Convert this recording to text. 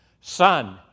Son